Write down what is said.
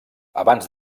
abans